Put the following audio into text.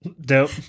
dope